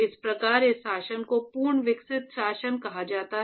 इस प्रकार इस शासन को पूर्ण विकसित शासन कहा जाता है